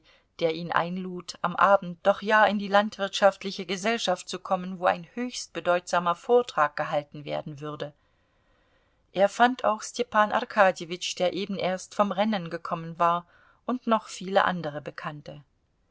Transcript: der ihn einlud am abend doch ja in die landwirtschaftliche gesellschaft zu kommen wo ein höchst bedeutsamer vortrag gehalten werden würde er fand auch stepan arkadjewitsch der eben erst vom rennen gekommen war und noch viele andere bekannte